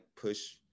push